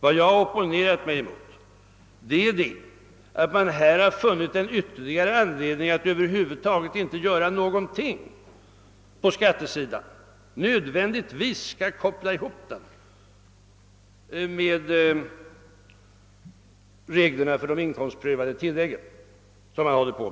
Vad jag opponerat mig mot är att man har funnit en ytterligare anledning att över huvud taget inte göra någonting på skattsidan, att man nödvändigtvis skall koppla ihop frågan med reglerna för de inkomstprövade tilläggen som nu utreds.